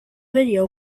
video